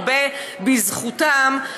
הרבה בזכותם,